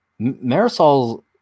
Marisol